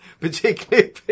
particularly